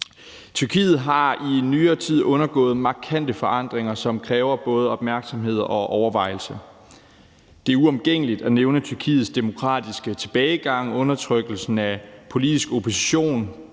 Tyrkiet har i nyere tid undergået markante forandringer, som kræver både opmærksomhed og overvejelse. Det er uomgængeligt at nævne Tyrkiets demokratiske tilbagegang, undertrykkelsen af politisk opposition,